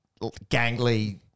gangly